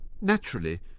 Naturally